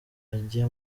ajye